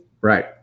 Right